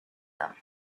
them